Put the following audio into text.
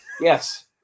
Yes